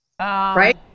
Right